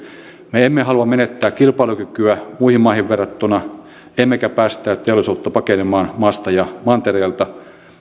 me emme halua menettää kilpailukykyä muihin maihin verrattuna emmekä päästää teollisuutta pakenemaan maasta ja mantereelta